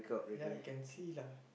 ya can see lah